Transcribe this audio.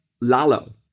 Lalo